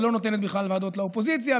ולא נותנת בכלל ועדות לאופוזיציה,